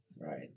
Right